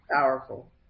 powerful